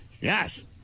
Yes